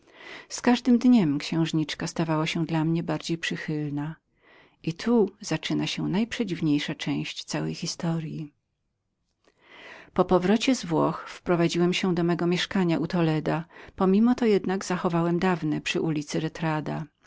z każdym dniem stawała się dla mnie coraz przychylniejszą tu zaczyna się cudowna strona moich przygód po powrocie z włoch wprowadziłem się do mego mieszkania u toleda pomimo to jednak zachowałem dawne przy ulicy